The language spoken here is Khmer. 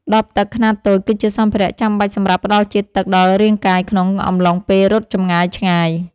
ដបទឹកខ្នាតតូចគឺជាសម្ភារៈចាំបាច់សម្រាប់ផ្តល់ជាតិទឹកដល់រាងកាយក្នុងអំឡុងពេលរត់ចម្ងាយឆ្ងាយ។